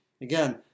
Again